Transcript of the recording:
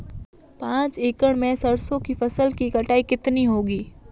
पांच एकड़ में सरसों की फसल की कटाई कितनी होगी?